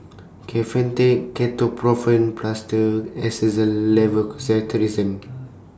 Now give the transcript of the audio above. Kefentech Ketoprofen Plaster Xyzal Levocetirizine